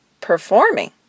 performing